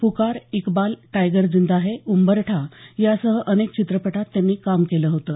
पुकार Iqbal Tiger Zinda Hai Umbartha यासह अनेक चित्रपटात त्यांनी काम केलं होतं